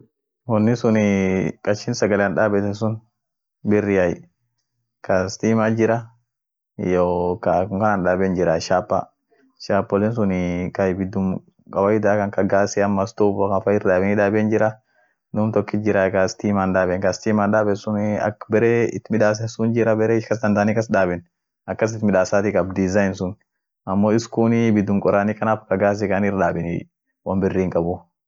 Kobaan biriit jirai kobaan ka openshuuziit jira, close shoozit jira, sandolsiit jirai, kobaan ka open shuuzi mara biri isun hineketenie barum atin feet neket. gar kaara unum neketa gar woraanen unum neket. sandols sun mar biria mal bisaan nekenoa baree garlagafa wosuniin ijeemeniei. amootu ka buutian saa dibi won ofisiafaa, aminen woat huji kab huji serekaala fa, kobaan akasi neket